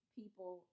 people